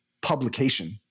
publication